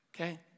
Okay